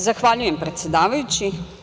Zahvaljujem, predsedavajući.